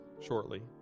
shortly